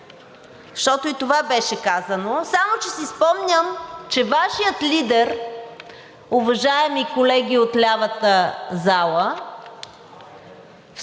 защото и това беше казано. Само че си спомням, че Вашият лидер, уважаеми колеги от лявата зала,